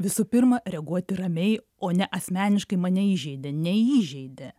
visų pirma reaguoti ramiai o ne asmeniškai mane įžeidė neįžeidė